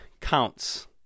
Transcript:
counts